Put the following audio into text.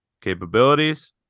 capabilities